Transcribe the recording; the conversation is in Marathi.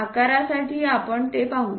आकारासाठी आपण ते पाहू